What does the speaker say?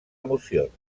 emocions